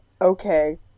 okay